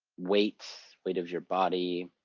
weight, weight of your body.